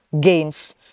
gains